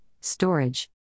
storage